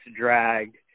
dragged